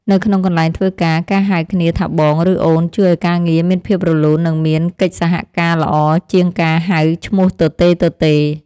នៅក្នុងកន្លែងធ្វើការ ការហៅគ្នាថាបងឬអូនជួយឱ្យការងារមានភាពរលូននិងមានកិច្ចសហការល្អជាងការហៅឈ្មោះទទេៗ។